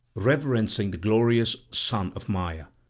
reverencing the glorious son of maia.